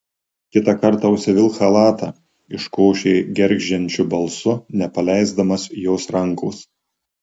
kitą kartą užsivilk chalatą iškošė gergždžiančiu balsu nepaleisdamas jos rankos